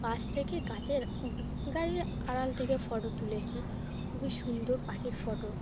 পাশ থেকে গাছের গাছের আড়াল থেকে ফটো তুলেছি খুবই সুন্দর পাখির ফটো